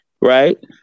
right